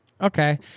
Okay